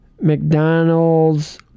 McDonald's